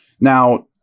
Now